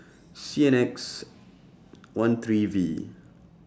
C N X one three V